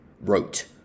wrote